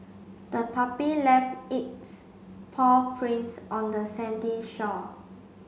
the puppy left its paw prints on the sandy shore